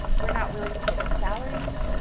we're not willing to pay their salaries,